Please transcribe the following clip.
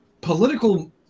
Political